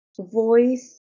voice